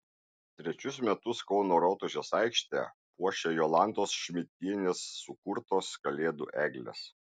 trečius metus kauno rotušės aikštę puošia jolantos šmidtienės sukurtos kalėdų eglės